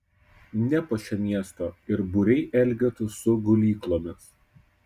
nepuošia miesto ir būriai elgetų su gulyklomis